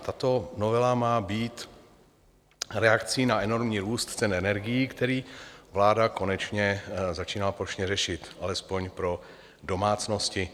Tato novela má být reakci na enormní růst cen energií, který vláda konečně začíná plošně řešit, alespoň pro domácnosti.